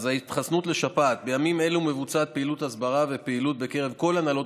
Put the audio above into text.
התחסנות לשפעת: בימים אלה מבוצעת פעילות הסברה בקרב כל הנהלות